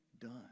done